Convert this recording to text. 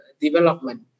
development